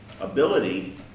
ability